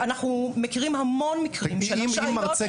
אנחנו מכירים המון מקרים --- אם מרצה